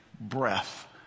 breath